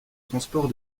transport